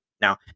Now